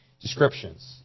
descriptions